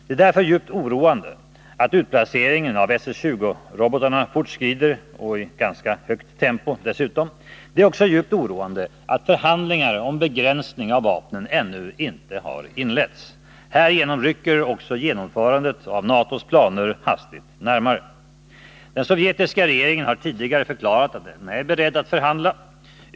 Det är därför djupt oroande att utplaceringen av SS 20-robotarna fortskrider, dessutom i ganska högt tempo. Det är också djupt oroande att förhandlingar om begränsning av vapnen ännu inte har inletts. Härigenom rycker även genomförandet av NATO:s planer hastigt närmare. Den sovjetiska regeringen har tidigare förklarat att den är beredd att förhandla.